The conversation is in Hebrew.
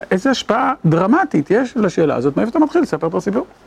איזו השפעה דרמטית יש לשאלה הזאת? מאיפה אתה מתחיל לספר את הסיפור?